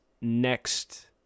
next